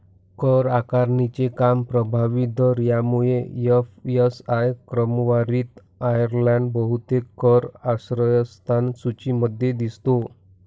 कर आकारणीचे कमी प्रभावी दर यामुळे एफ.एस.आय क्रमवारीत आयर्लंड बहुतेक कर आश्रयस्थान सूचीमध्ये दिसतो